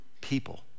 people